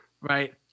Right